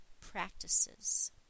practices